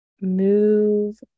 move